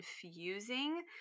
confusing